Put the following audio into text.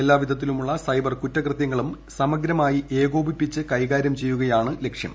എല്ലാ വിധത്തിലുമുള്ള സൈബർ കുറ്റകൃത്യങ്ങളും സമഗ്രമായി ഏകോപിപ്പിച്ച് കൈകാര്യം ചെയ്യുകയാണ് ലക്ഷ്യം